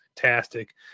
fantastic